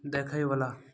देखयवला